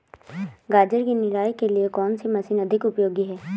गाजर की निराई के लिए कौन सी मशीन अधिक उपयोगी है?